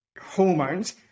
hormones